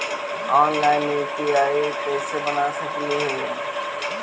Online UPI कैसे बना सकली ही?